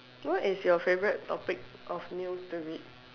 what is your favourite topic of news to read